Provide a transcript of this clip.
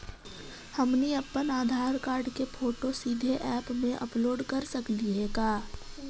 हमनी अप्पन आधार कार्ड के फोटो सीधे ऐप में अपलोड कर सकली हे का?